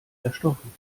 erstochen